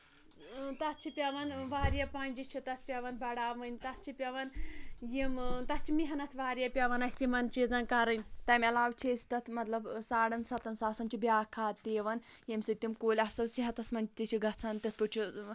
ٲں تَتھ چھِ پیٚوان واریاہ پَنٛجہِ چھِ تَتھ پیٚوان بَڑھاوٕنۍ تَتھ چھِ پیٚوان یِم ٲں تَتھ چھِ محنَت واریاہ پیٚوان اسہِ یِمَن چیٖزَن کَرٕنۍ تَمہِ علاوٕ چھِ أسۍ تَتھ مطلب ٲں ساڑَن سَتَن ساسَن چھِ بِیٛاکھ کھاد تہِ یِوان ییٚمہِ سٕتی تِم کُلی اصٕل صحتَس مَنٛز تہِ چھِ گَژھان تِتھ پٲٹھۍ چھُ ٲں